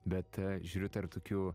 bet žiūriu tarp tokių